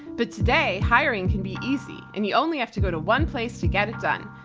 but today hiring can be easy and you only have to go to one place to get it done.